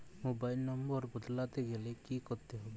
Mobile নম্বর বদলাতে গেলে কি করতে হবে?